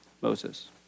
Moses